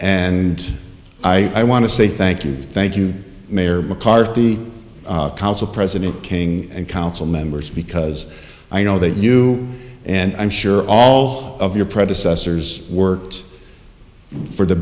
and i want to say thank you thank you mayor mccarthy council president king and council members because i know that you and i'm sure all of your predecessors worked for the